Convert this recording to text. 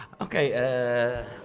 Okay